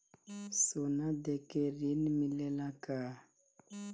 सोना देके ऋण मिलेला का?